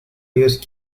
use